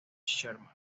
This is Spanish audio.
sherman